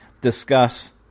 discuss